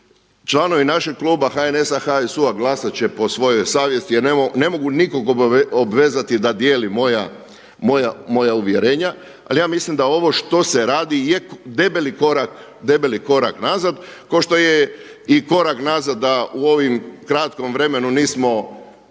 Članovi našeg kluba HNS-a, HSU-a glasati će po svojoj savjesti jer ne mogu nikoga obvezati da dijeli moja uvjerenja ali ja mislim da ovo što se radi je debeli korak, debeli korak nazad kao što je i korak nazad da u ovom kratkom vremenu nismo